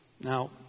Now